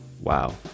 Wow